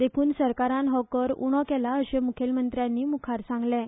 देखून सरकारान हो कर उणो केला अशें मुखेलमंत्र्यान मुखार सांगलें